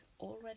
already